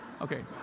Okay